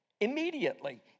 immediately